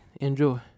enjoy